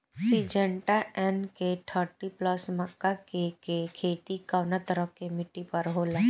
Syngenta NK thirty plus मक्का के के खेती कवना तरह के मिट्टी पर होला?